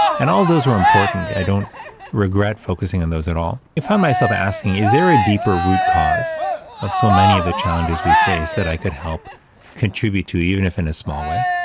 and all those were important. i don't regret focusing on those at all. i found myself asking, is there a deeper root cause of so many of the challenges we face that i could help contribute to even if in a small way?